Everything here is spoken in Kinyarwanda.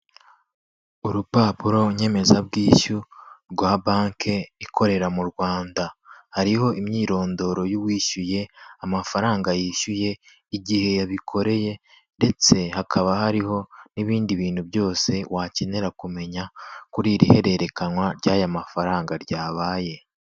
Urupapuro nyemezabwishyu rwa banke ikorera mu Rwanda, hariho imyirondoro y'uwishyuye, amafaranga yishyuye, igihe yabikoreye ndetse hakaba hariho n'ibindi bintu byose wakenera kumenya kuri iri hererekanywa ry'aya mafaranga ryabaye.